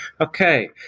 Okay